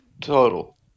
total